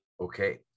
Okay